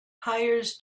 hires